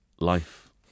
life